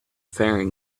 faring